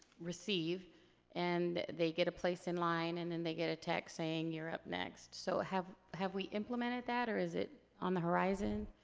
receive and they get a place in line and then they get a text saying you're up next. so have have we implemented that or is it on the horizon?